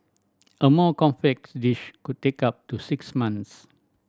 a more complex dish could take up to six months